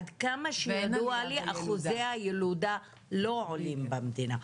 עד כמה שידוע לי, אחוזי הילודה לא עולים במדינה.